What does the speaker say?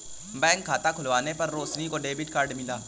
bank में खाता खुलवाने पर रोशनी को डेबिट कार्ड मिला